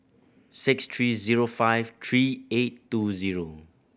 six three zero five three eight two zero